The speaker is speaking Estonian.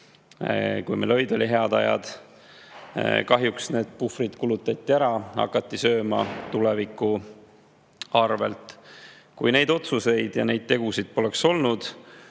kui meil olid hea aeg. Kahjuks need puhvrid kulutati ära, hakati sööma tuleviku arvelt. Kui neid otsuseid ja tegusid poleks olnud,